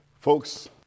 Folks